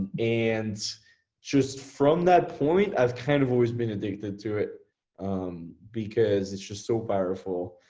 and just from that point, i've kind of always been addicted to it because it's just so powerful.